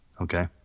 okay